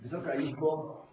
Wysoka Izbo!